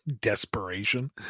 Desperation